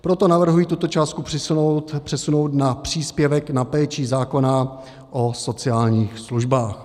Proto navrhuji tuto částku přesunout na příspěvek na péči zákona o sociálních službách.